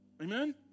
Amen